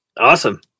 Awesome